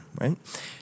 right